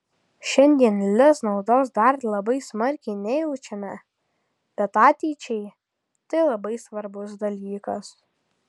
šiandien lez naudos dar labai smarkiai nejaučiame bet ateičiai tai labai svarbus dalykas